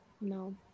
No